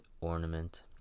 ornament